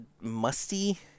musty